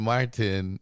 Martin